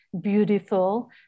beautiful